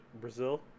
Brazil